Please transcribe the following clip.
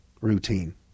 Routine